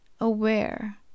aware